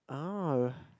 ahh